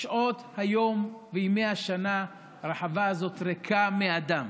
שעות היום וימי השנה הרחבה הזאת ריקה מאדם,